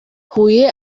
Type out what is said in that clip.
huye